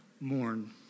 Mourn